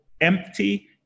empty